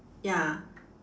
ya